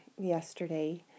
yesterday